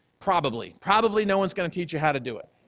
probably. probably no one is going to teach you how to do it.